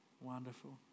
Wonderful